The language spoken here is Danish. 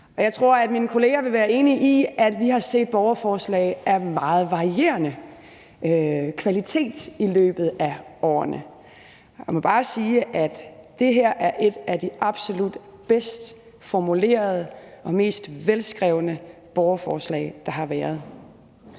Jeg tror, at mine kolleger vil være enige i, at vi har set borgerforslag af meget varierende kvalitet i løbet af årene. Jeg må bare sige, at det her er et af de absolut bedst formulerede og mest velskrevne borgerforslag, der har været.